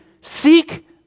seek